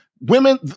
women